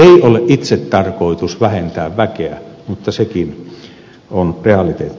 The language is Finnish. ei ole itsetarkoitus vähentää väkeä mutta sekin on realiteetti